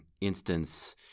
instance